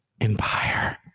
Empire